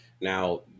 now